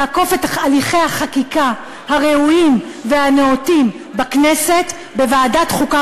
לעקוף את הליכי החקיקה הראויים והנאותים בכנסת בוועדת החוקה,